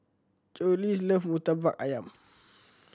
Joseluis love Murtabak Ayam